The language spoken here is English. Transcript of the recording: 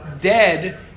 dead